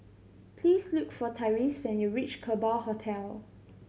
please look for Tyreese when you reach Kerbau Hotel